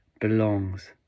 belongs